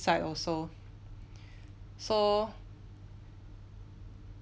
side also so